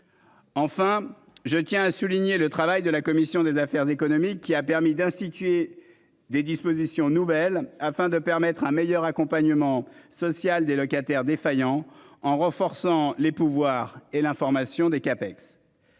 Enfin, je tiens à souligner le travail de la commission des affaires économiques qui a permis d'instituer des dispositions nouvelles afin de permettre un meilleur accompagnement social des locataires défaillants en renforçant les pouvoirs et l'information des Capes.